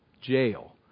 jail